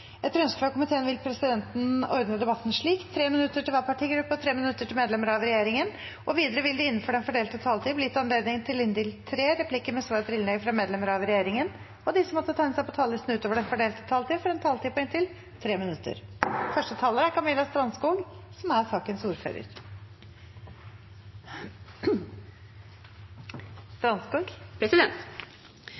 Etter ønske fra utdannings- og forskningskomiteen vil presidenten ordne debatten slik: 3 minutter til hver partigruppe og 3 minutter til medlemmer av regjeringen. Videre vil det – innenfor den fordelte taletid – bli gitt anledning til inntil seks replikker med svar etter innlegg fra medlemmer av regjeringen, og de som måtte tegne seg på talerlisten utover den fordelte taletid, får også en taletid på inntil 3 minutter. I denne proposisjonen er